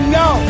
no